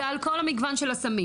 זה על כל המגוון של הסמים,